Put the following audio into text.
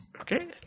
okay